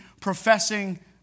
professing